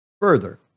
Further